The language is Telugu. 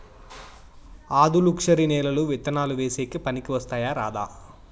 ఆధులుక్షరి నేలలు విత్తనాలు వేసేకి పనికి వస్తాయా రాదా?